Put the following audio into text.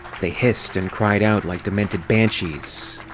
they hissed and cried out like demented banshees.